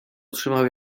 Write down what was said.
otrzymał